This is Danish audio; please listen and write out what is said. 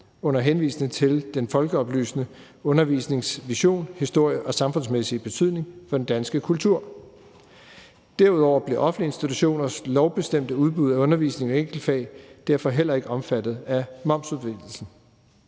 under henvisning til den folkeoplysende undervisnings vision, historie og samfundsmæssige betydning for den danske kultur. Derudover bliver offentlige institutioners lovbestemte udbud af undervisning og enkeltfag derfor heller ikke omfattet af momsudvidelsen.